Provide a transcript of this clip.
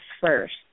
first